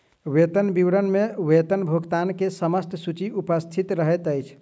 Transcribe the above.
वेतन विवरण में वेतन भुगतान के समस्त सूचि उपस्थित रहैत अछि